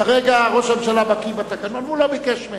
כרגע, ראש הממשלה בקי בתקנון, הוא לא ביקש ממני.